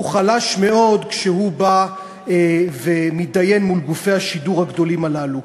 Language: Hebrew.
הוא חלש מאוד כשהוא בא ומתדיין מול גופי השידור הגדולים הללו.